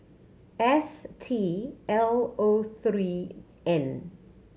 S T L O three N